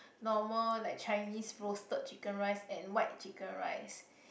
normal like Chinese roasted chicken rice and white chicken rice